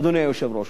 אדוני היושב-ראש,